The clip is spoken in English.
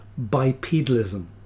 bipedalism